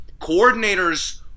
Coordinators